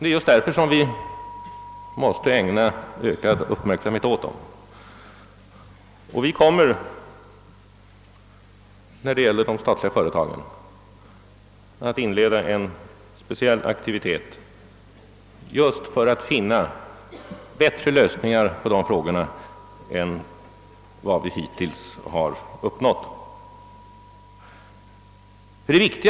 Det är just därför vi måste ägna ökad uppmärksamhet åt dem. När det gäller de statliga företagen kommer vi att in leda en speciell aktivitet just för att finna bättre lösningar på dessa frågor än vad vi hittills har uppnått.